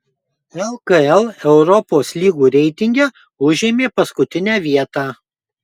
lkl europos lygų reitinge užėmė paskutinę vietą